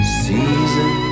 season